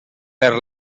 per